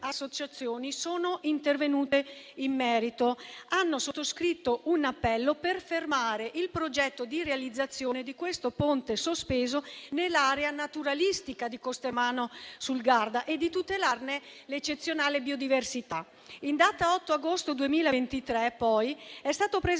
sono intervenute in merito a questa iniziativa, hanno sottoscritto un appello per fermare il progetto di realizzazione di questo ponte sospeso nell'area naturalistica di Costermano sul Garda e tutelarne l'eccezionale biodiversità. In data 8 agosto 2023 è stato presentato